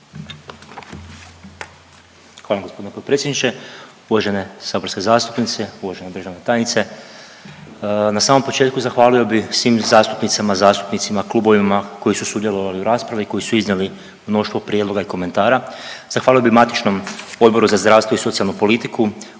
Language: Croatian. Hvala vam g. potpredsjedniče. Uvažene saborske zastupnice, uvažene državne tajnice, na samom početku zahvalio bi svim zastupnicama, zastupnicima i klubovima koji su sudjelovali u raspravi i koji su iznijeli mnoštvo prijedloga i komentara, zahvalio bi matičnom Odboru za zdravstvo i socijalnu politiku